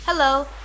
Hello